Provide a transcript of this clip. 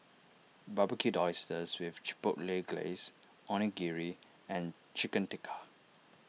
Barbecued Oysters with Chipotle Glaze Onigiri and Chicken Tikka